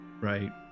Right